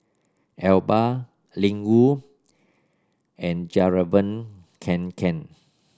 Alba Ling Wu and Fjallraven Kanken